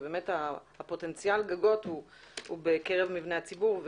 ופוטנציאל הגגות הוא במבני הציבור.